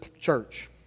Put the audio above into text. church